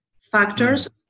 factors